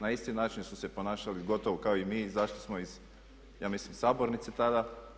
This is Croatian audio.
Na isti način su se ponašali gotovo kao i mi, izašli smo iz ja mislim sabornice tada.